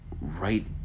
right